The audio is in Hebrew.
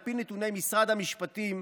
על פי נתוני משרד המשפטים,